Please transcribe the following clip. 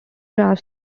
graphs